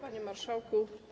Panie Marszałku!